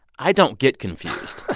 i don't get confused.